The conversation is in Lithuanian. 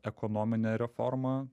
ekonominę reformą